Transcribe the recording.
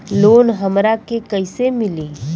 Loan हमरा के कईसे मिली?